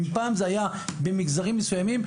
אם פעם זה היה במגזרים מסוימים,